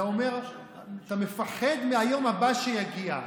אתה אומר שאתה מפחד מהיום הבא שיגיע.